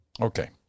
Okay